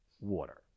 water